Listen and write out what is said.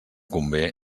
convé